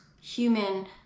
human